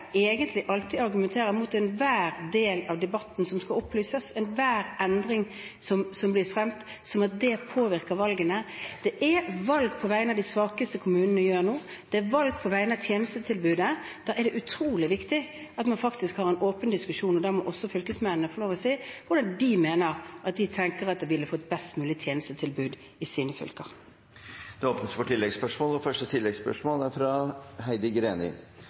egentlig alltid argumenterer mot enhver del av debatten som skal opplyses, enhver endring som er blitt fremmet, slik at det påvirker valgene. Det er valg på vegne av de svakeste kommunene gjør nå, det er valg på vegne av tjenestetilbudet. Da er det utrolig viktig at man har en åpen diskusjon. Da må også fylkesmennene få lov til å si hvordan de tenker at de ville fått best mulig tjenestetilbud i sine fylker. Det